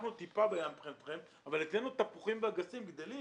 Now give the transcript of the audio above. אנחנו טיפה בים מבחינתכם אבל אצלנו תפוחים ואגסים גדלים